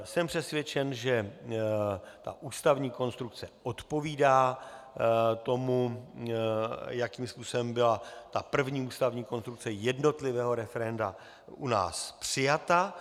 Jsem přesvědčen, že ta ústavní konstrukce odpovídá tomu, jakým způsobem byla první ústavní konstrukce jednotlivého referenda u nás přijata.